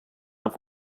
auf